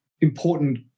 important